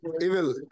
Evil